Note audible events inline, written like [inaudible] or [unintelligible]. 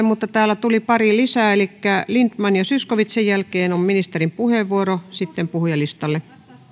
[unintelligible] mutta täällä tuli pari lisää elikkä lindtman ja zyskowicz sen jälkeen on ministerin puheenvuoro sitten puhujalistalle